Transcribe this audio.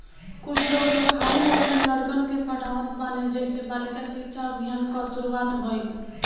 कुछ लोग तअ खाली अपनी लड़कन के पढ़ावत बाने जेसे बालिका शिक्षा अभियान कअ शुरुआत भईल